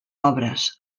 obres